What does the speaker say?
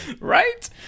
Right